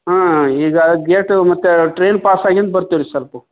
ಹಾಂ ಈಗ ಗೇಟು ಮತ್ತು ಟ್ರೈನ್ ಪಾಸಾಗಿಂದು ಬರ್ತೀವಿ ರಿ ಸಲ್ಪ